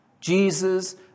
Jesus